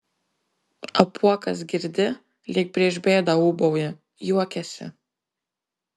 apuokas girdi lyg prieš bėdą ūbauja juokiasi